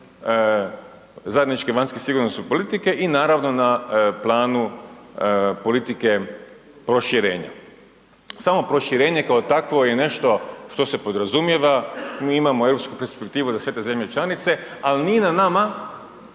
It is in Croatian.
zajedničke vanjsko sigurnosne politike i naravno na planu politike proširenja. Samo proširenje kao takvo je nešto što se podrazumijeva, mi imamo europsku perspektivu za sve te zemlje članice, ali nije na nama